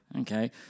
Okay